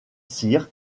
cyr